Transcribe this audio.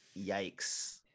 yikes